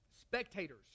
spectators